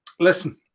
Listen